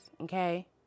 Okay